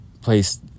place